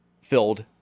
filled